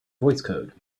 voicecode